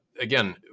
again